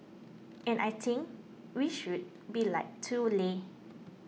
and I think we should be like too leh